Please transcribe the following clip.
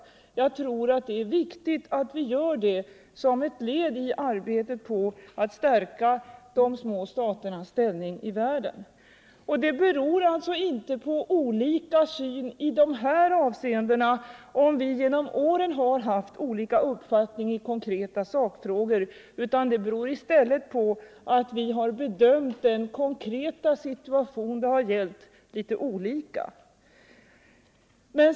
Jag tror att det är viktigt att vi gör det som ett led i arbetet på att stärka de små staternas ställning i världen. Det beror alltså inte på olika syn i de här avseendena om vi genom åren har haft olika uppfattning i konkreta sakfrågor. Det beror i stället på att vi har bedömt den konkreta situation som det gällt litet olika.